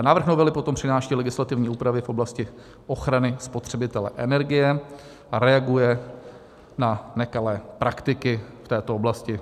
Návrh novely potom přináší legislativní úpravy v oblasti ochrany spotřebitele energie a reaguje na nekalé praktiky v této oblasti.